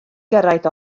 gyrraedd